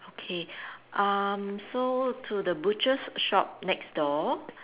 okay um so to the butcher's shop next door